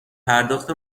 پرداخت